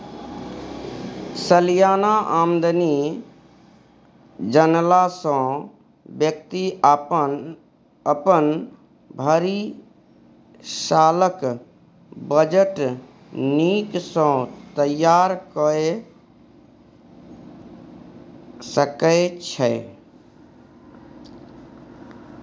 सलियाना आमदनी जनला सँ बेकती अपन भरि सालक बजट नीक सँ तैयार कए सकै छै